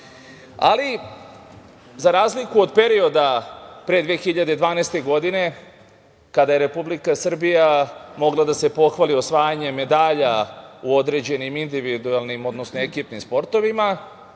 za razliku od perioda pre 2012. godine, kada je Republika Srbija mogla da se pohvali osvajanjem medalja u određenim individualnim, odnosno ekipnim sportovima,